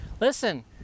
Listen